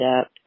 up